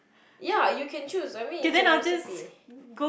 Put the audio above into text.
ya you can choose I mean it's your recipe